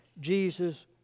Jesus